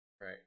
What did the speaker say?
Right